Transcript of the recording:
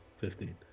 Fifteen